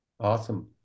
Awesome